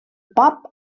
pop